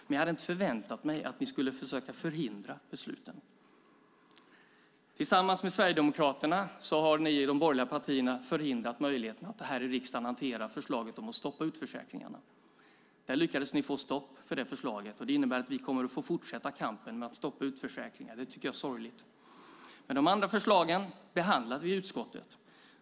Men jag hade inte förväntat mig att ni skulle försöka förhindra besluten. Tillsammans med Sverigedemokraterna har ni i de borgerliga partierna förhindrat möjligheten att här i riksdagen hantera förslaget om att stoppa utförsäkringarna. Där lyckades ni få stopp för det förslaget. Det innebär att vi får fortsätta kampen med att stoppa utförsäkringar. Det tycker jag är sorgligt. De andra förslagen behandlade vi i utskottet.